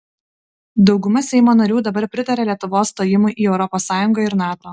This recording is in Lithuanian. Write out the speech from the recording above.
dauguma seimo narių dabar pritaria lietuvos stojimui į europos sąjungą ir nato